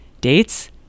Dates